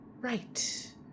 Right